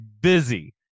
busy